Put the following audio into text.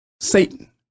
Satan